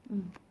mm